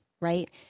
right